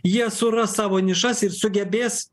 jie suras savo nišas ir sugebės